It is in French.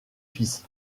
fils